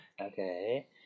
Okay